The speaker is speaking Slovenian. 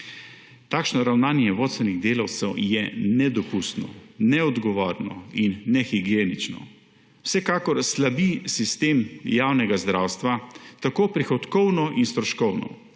Takšno ravnanje vodstvenih delavcev je nedopustno, neodgovorno in nehigienično. Vsekakor slabi sistem javnega zdravstva tako prihodkovno in stroškovno,